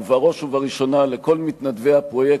ובראש ובראשונה לכל מתנדבי הפרויקט,